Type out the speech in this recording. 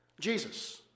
Jesus